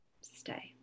stay